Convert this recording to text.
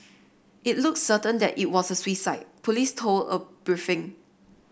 it looks certain that it was a suicide police told a briefing